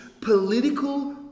political